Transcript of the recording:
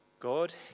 God